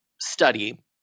study